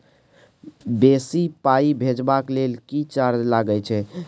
बेसी पाई भेजबाक लेल किछ चार्जो लागे छै?